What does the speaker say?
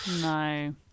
No